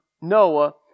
Noah